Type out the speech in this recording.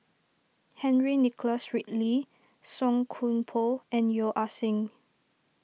Henry Nicholas Ridley Song Koon Poh and Yeo Ah Seng